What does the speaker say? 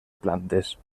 plantes